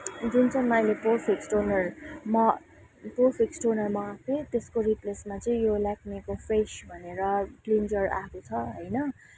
जुन चाहिँ मैले पोर फिक्स टोनर म पोर फिक्स टोनर मगाएको थिएँ त्यसको रिप्लेसमा चाहिँ यो लेक्मीको फेस भनेर क्लिन्जर आएको छ होइन